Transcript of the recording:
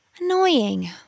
Annoying